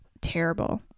terrible